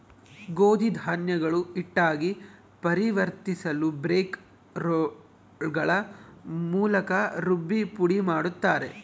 ಗೋಧಿ ಧಾನ್ಯಗಳು ಹಿಟ್ಟಾಗಿ ಪರಿವರ್ತಿಸಲುಬ್ರೇಕ್ ರೋಲ್ಗಳ ಮೂಲಕ ರುಬ್ಬಿ ಪುಡಿಮಾಡುತ್ತಾರೆ